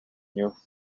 new